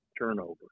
turnover